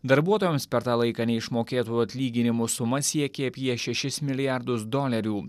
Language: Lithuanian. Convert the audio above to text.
darbuotojams per tą laiką neišmokėtų atlyginimų suma siekė apie šešis milijardus dolerių